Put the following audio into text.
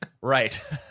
Right